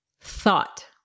thought